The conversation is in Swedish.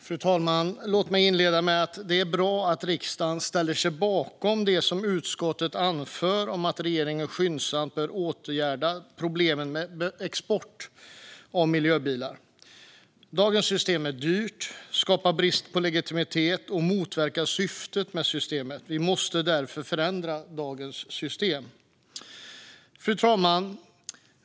Fru talman! Låt mig inleda med att säga att det är bra att riksdagen ställer sig bakom det som utskottet anför om att regeringen skyndsamt bör åtgärda problemet med export av miljöbilar. Dagens system är dyrt, skapar brist på legitimitet och motverkar syftet med systemet. Vi måste därför förändra dagens system. Fru talman!